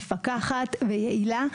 מפקחת ויעילה.